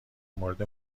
مورد